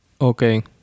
Okay